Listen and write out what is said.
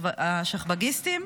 השכב"גיסיטים,